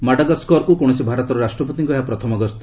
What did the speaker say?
ମାଡାଗସ୍କରକୁ କୌଣସି ଭାରତର ରାଷ୍ଟ୍ରପତିଙ୍କ ଏହା ପ୍ରଥମ ଗସ୍ତ